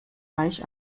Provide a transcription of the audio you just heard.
reich